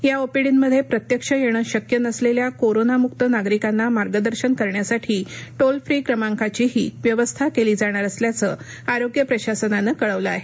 या ओपीडी मध्ये प्रत्यक्ष येण शक्य नसलेल्या कोरोनामुक्त नागरिकांना मार्गदर्शन करण्यासाठी टोल फ्री क्रमांकांचीही व्यवस्था केली जाणार असल्याचं आरोग्य प्रशासनानं कळवलं आहे